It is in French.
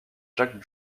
jacques